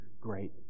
great